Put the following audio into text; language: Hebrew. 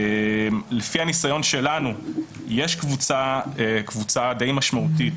לפי הניסיון שלנו יש קבוצה די משמעותית